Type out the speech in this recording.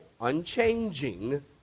unchanging